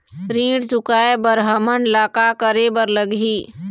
ऋण चुकाए बर हमन ला का करे बर लगही?